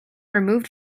removed